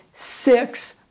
six